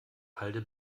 halde